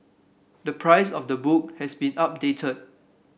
the price of the book has been updated